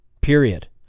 Period